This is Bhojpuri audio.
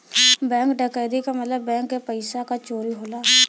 बैंक डकैती क मतलब बैंक के पइसा क चोरी होला